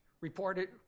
reported